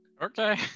Okay